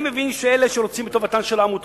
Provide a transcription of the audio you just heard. אני מבין שאלה שרוצים את טובתן של העמותות,